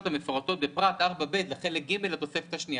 המפורטות בפרט 4ב לחלק ג' לתוספת השנייה"?